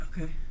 Okay